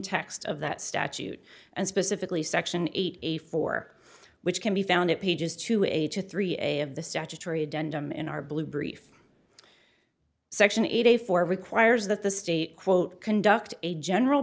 text of that statute and specifically section eight a for which can be found at pages two eighty three a of the statutory denham in our blue brief section eighty four requires that the state quote conduct a general